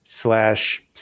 slash